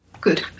Good